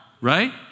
Right